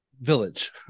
village